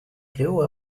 grew